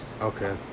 okay